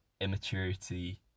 immaturity